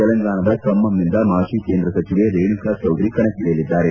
ತೆಲಂಗಾಣದ ಕಮ್ನಾಮ್ನಿಂದ ಮಾಜಿ ಕೇಂದ್ರ ಸಚಿವೆ ರೇಣುಕಾ ಚೌಧುರಿ ಕಣ್ಕಳಿಯಲಿದ್ದಾರೆ